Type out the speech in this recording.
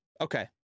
Okay